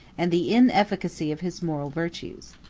and the inefficacy of his moral virtues.